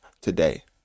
today